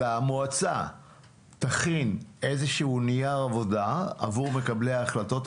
אלא המועצה תכין איזשהו נייר עבודה עבור מקבלי ההחלטות,